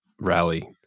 rally